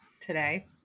today